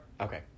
Okay